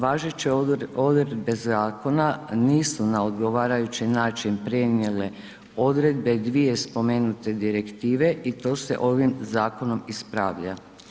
Važeće odredbe zakona nisu na odgovarajući način prenijele odredbe dvije spomenute direktive i to se ovim zakonom ispravlja.